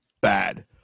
bad